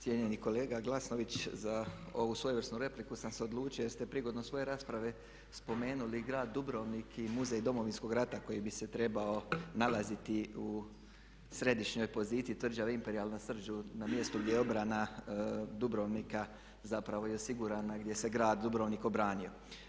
Cijenjeni kolega Glasnović za ovu svojevrsnu repliku sam se odlučio jer ste prigodom svoje rasprave spomenuli grad Dubrovnik i Muzej Domovinskog rata koji bi se trebao nalaziti u središnjoj poziciji tvrđave Imperial na Srđu na mjestu gdje je obrana Dubrovnika zapravo i osigurana, gdje se grad Dubrovnik obranio.